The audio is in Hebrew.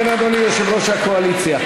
כן, אדוני, יושב-ראש הקואליציה?